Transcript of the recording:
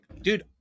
dude